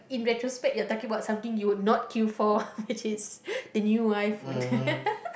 in retrospect you're talking about something you would not queue for which is the new iPhone